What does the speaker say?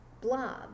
blob